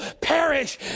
perish